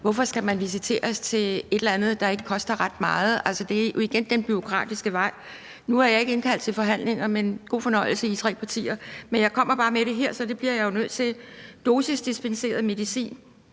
hvorfor skal man visiteres til et eller andet, der ikke koster ret meget? Det er jo igen den bureaukratiske vej. Nu er jeg ikke indkaldt til forhandlinger, men god fornøjelse i jeres tre partier. Jeg kommer bare med det her, for det bliver jeg jo nødt til. Dosisdispenseret medicin